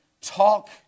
talk